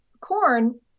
corn